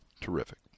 Terrific